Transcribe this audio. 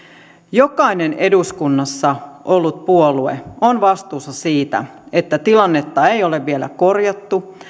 jokainen eduskunnassa ollut puolue on vastuussa siitä että tilannetta ei ole vielä korjattu